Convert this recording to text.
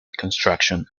construction